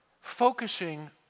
focusing